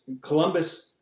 Columbus